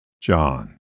John